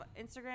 Instagram